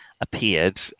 appeared